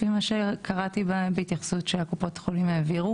לפי מה שקראתי בהתייחסות שקופות החולים העבירו,